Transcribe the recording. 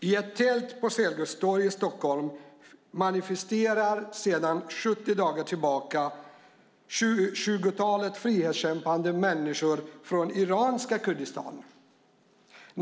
I ett tält på Sergels torg i Stockholm manifesterar sedan 70 dagar tillbaka ett tjugotal frihetskämpande människor från iranska Kurdistan.